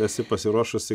esi pasiruošusi